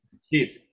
Steve